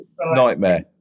nightmare